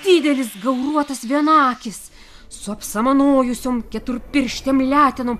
didelis gauruotas vienakis su apsamanojusiom keturpirštėm letenom